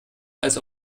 als